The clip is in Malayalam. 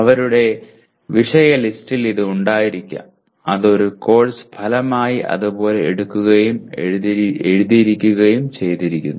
അവരുടെ വിഷയ ലിസ്റ്റിൽ ഇത് ഉണ്ടായിരിക്കാം അത് ഒരു കോഴ്സ് ഫലമായി അതുപോലെ എടുക്കുകയും എഴുതുകയും ചെയ്തിരിക്കുന്നു